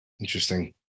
Interesting